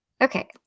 Okay